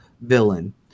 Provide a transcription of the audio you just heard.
villain